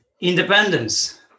Independence